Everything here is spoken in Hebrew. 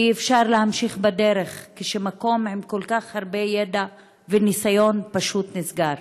אי-אפשר להמשיך בדרך כשמקום עם כל כך הרבה ידע וניסיון פשוט נסגר,